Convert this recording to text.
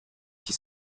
qui